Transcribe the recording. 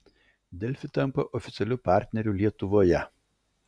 delfi tampa oficialiu partneriu lietuvoje